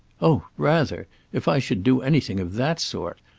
oh rather if i should do anything of that sort.